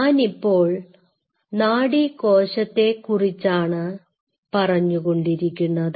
ഞാനിപ്പോൾ നാഡി കോശത്തെ കുറിച്ചാണ് പറഞ്ഞു കൊണ്ടിരിക്കുന്നത്